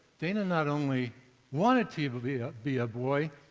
dana not only wanted to be ah be a boy,